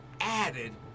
added